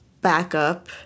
backup